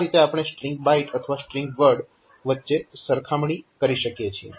આ રીતે આપણે સ્ટ્રીંગ બાઈટ અથવા સ્ટ્રીંગ વર્ડ વચ્ચે સરખામણી કરી શકીએ છીએ